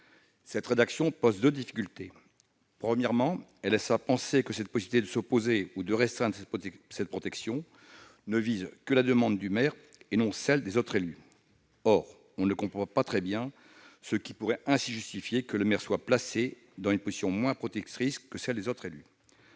Cette rédaction pose deux difficultés. Premièrement, elle laisse à penser que cette possibilité de s'opposer ou de restreindre cette protection ne vise que la demande du maire et non celle des autres élus. Or on ne comprend pas très bien ce qui pourrait justifier que le maire soit placé dans une position moins protectrice que celle des autres élus.